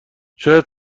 شاید